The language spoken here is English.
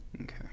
Okay